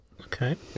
Okay